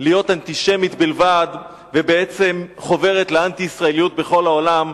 להיות אנטישמית בלבד ובעצם חוברת לאנטי-ישראליות בכל העולם.